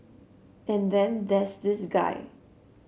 and then there's this guy